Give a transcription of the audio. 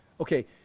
Okay